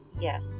Yes